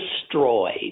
destroyed